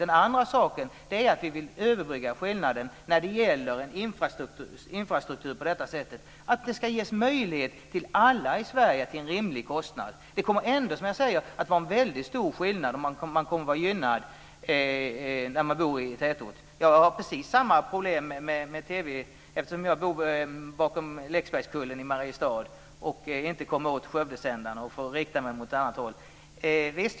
Den andra saken är att vi vill överbrygga skillnaden i infrastruktur, att den ska kunna ges till alla i Sverige till en rimlig kostnad. Det kommer ändå att vara en stor skillnad, och man kommer att vara gynnad av att bo i tätort. Jag har precis samma problem med min TV. Jag bor bakom Leksbergskullen i Mariestad. Jag kommer inte åt Skövdesändaren och får rikta min antenn åt ett annat håll.